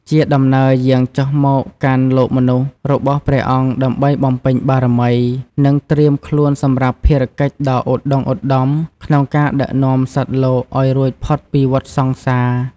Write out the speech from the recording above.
ជាដំណើរយាងចុះមកកាន់លោកមនុស្សរបស់ព្រះអង្គ ដើម្បីបំពេញបារមី និងត្រៀមខ្លួនសម្រាប់ភារកិច្ចដ៏ឧត្ដុង្គឧត្ដមក្នុងការដឹកនាំសត្វលោកឱ្យរួចផុតពីវដ្តសង្សារ។